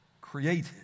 created